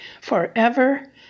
forever